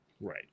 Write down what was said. right